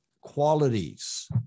qualities